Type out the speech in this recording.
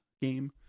game